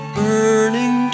burning